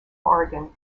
oregon